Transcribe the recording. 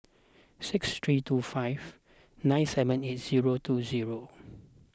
six three two five nine seven eight zero two zero